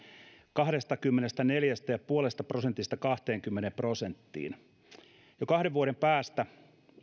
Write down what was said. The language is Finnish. kahdestakymmenestäneljästä pilkku viidestä prosentista kahteenkymmeneen prosenttiin jo kahden vuoden päästä